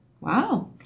Wow